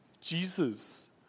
Jesus